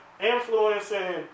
influencing